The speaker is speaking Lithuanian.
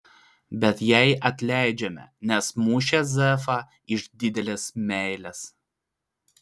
bet jai atleidžiame nes mušė zefą iš didelės meilės